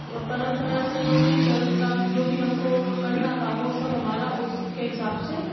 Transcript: परंपरा से जो भी चल रहा जो भी हमको जो भी हमको करना था वो सब हमारा उसके हिसाब से